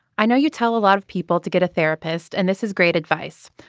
i know you tell a lot of people to get a therapist and this is great advice.